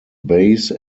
base